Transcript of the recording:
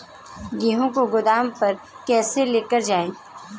गेहूँ को गोदाम पर कैसे लेकर जाएँ?